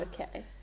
okay